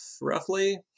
roughly